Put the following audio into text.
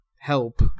help